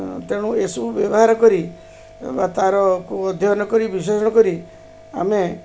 ତେଣୁ ଏସବୁ ବ୍ୟବହାର କରି ବା ତାରକୁ ଅଧ୍ୟୟନ କରି ବିଶେଷଣ କରି ଆମେ